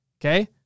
Okay